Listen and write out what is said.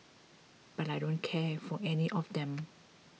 but I don't care for any of them